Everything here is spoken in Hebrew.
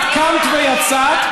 את קמת ויצאת,